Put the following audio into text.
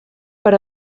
per